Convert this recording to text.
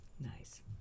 Nice